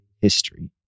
history